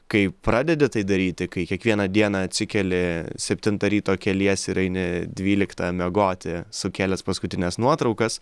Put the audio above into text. kai pradedi tai daryti kai kiekvieną dieną atsikeli septintą ryto keliesi ir eini dvyliktą miegoti sukelęs paskutines nuotraukas